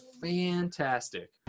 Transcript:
fantastic